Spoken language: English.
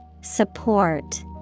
Support